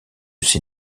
ses